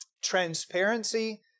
transparency